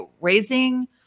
raising